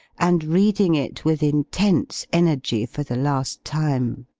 and reading it with intense energy for the last time